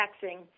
taxing